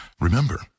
Remember